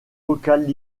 vocales